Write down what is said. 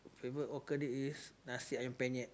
favourite hawker dish is Nasi-Ayam-Penyet